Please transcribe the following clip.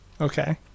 Okay